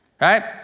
right